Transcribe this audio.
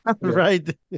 right